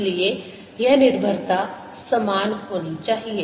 इसलिए यह निर्भरता समान होनी चाहिए